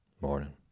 Morning